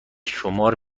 شمار